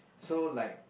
so like